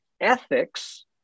ethics